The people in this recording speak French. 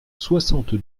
soixante